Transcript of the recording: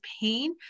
pain